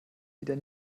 wieder